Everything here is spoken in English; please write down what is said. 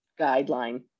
guideline